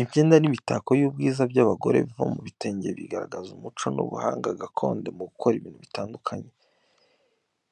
Imyenda n’imitako y'ubwiza by’abagore biva mu bitenge bigaragaza umuco n’ubuhanga gakondo mu gukora ibintu bitandukanye.